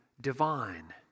divine